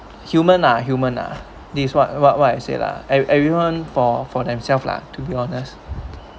human ah human ah this is what what what I said lah ev~ everyone for for themselves lah to be honest